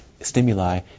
stimuli